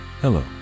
Hello